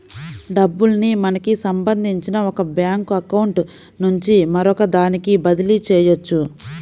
డబ్బుల్ని మనకి సంబంధించిన ఒక బ్యేంకు అకౌంట్ నుంచి మరొకదానికి బదిలీ చెయ్యొచ్చు